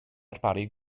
ddarparu